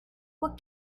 what